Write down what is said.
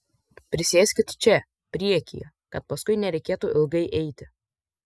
prisėskit čia priekyje kad paskui nereikėtų ilgai eiti